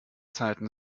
zeiten